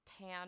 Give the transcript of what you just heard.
tan